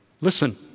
Listen